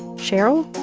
cheryl,